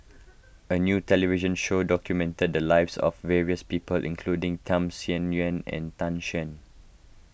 a new television show documented the lives of various people including Tham Sien Yuen and Tan Shen